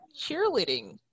cheerleading